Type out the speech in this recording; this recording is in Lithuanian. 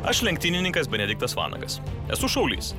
aš lenktynininkas benediktas vanagas esu šaulys